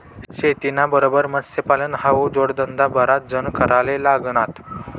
शेतीना बरोबर मत्स्यपालन हावू जोडधंदा बराच जण कराले लागनात